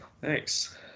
Thanks